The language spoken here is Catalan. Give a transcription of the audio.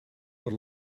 per